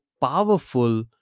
powerful